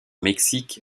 mexique